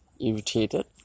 irritated